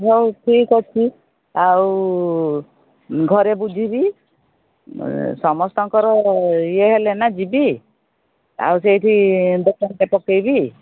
ହଉ ଠିକ୍ ଅଛି ଆଉ ଘରେ ବୁଝିବି ସମସ୍ତଙ୍କର ଇଏ ହେଲେ ନା ଯିବି ଆଉ ସେଇଠି ଦୋକାନ୍ ଟେ ପକେଇବି